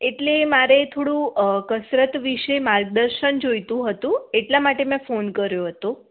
એટલે મારે થોડું કસરત વિશે થોડુ માર્ગદર્શન જોઈતું હતું એટલા માટે મેં ફોન કર્યો હતો